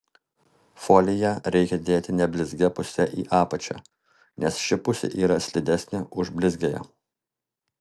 foliją reikia dėti neblizgia puse į apačią nes ši pusė yra slidesnė už blizgiąją